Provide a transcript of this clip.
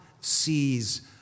sees